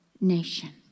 nation